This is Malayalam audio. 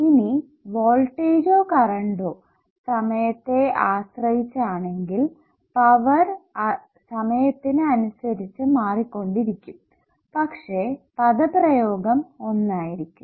ഇനി വോൾട്ടേജോ കറണ്ടൊ സമയത്തെ ആശ്രയിച്ചു ആണെങ്കിൽ പവർ സമയത്തിന് അനുസരിച്ചു മാറിക്കൊണ്ടിരിക്കും പക്ഷെ പദപ്രയോഗം ഒന്നായിരിക്കും